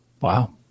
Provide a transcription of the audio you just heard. Wow